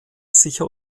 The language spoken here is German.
sicher